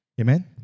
Amen